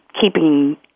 keeping